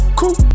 cool